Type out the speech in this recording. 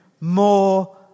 more